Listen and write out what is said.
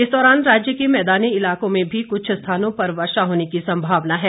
इस दौरान राज्य के मैदानी इलाकों में भी कुछ स्थानों पर वर्षा होने की संभावना हैं